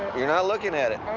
you're not looking at it.